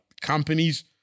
companies